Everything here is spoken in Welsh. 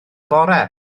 bore